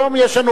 היום, ט"ו